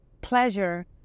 pleasure